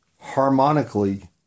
harmonically